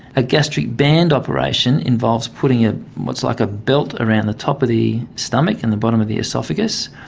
a gastric band operation involves putting ah what's like a belt around the top of the stomach and the bottom of the oesophagus,